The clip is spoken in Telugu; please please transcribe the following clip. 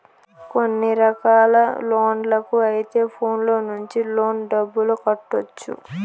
కొన్ని రకాల లోన్లకు అయితే ఫోన్లో నుంచి లోన్ డబ్బులు కట్టొచ్చు